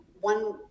One